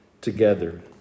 together